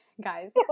guys